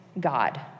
God